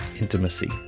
intimacy